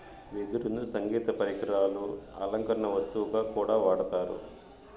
వెదురును సంగీత పరికరాలు, అలంకరణ వస్తువుగా కూడా వాడతారు